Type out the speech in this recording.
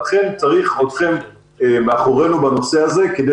לכן צריך אתכם מאחורינו בנושא הזה כדי